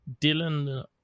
dylan